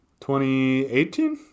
2018